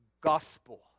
Gospel